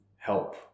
help